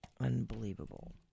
Unbelievable